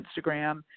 Instagram